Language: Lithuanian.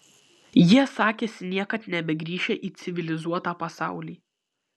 jie sakėsi niekad nebegrįšią į civilizuotą pasaulį